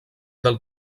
del